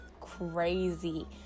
crazy